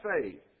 faith